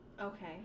Okay